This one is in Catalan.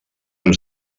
ens